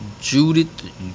Judith